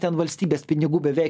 ten valstybės pinigų bevei